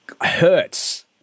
hurts